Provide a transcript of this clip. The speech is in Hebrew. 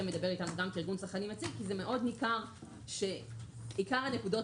מדבר אתנו גם כארגון צרכנים יציג כי ניכר שעיקר הנקודות